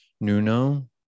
Nuno